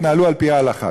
יתנהלו על-פי ההלכה.